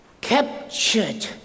captured